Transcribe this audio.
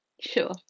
sure